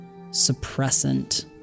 suppressant